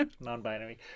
non-binary